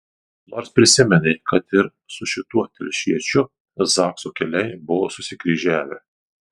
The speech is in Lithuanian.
nors prisiminė kad ir su šituo telšiečiu zakso keliai buvo susikryžiavę